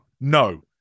no